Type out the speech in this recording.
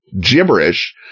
gibberish